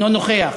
אינו נוכח,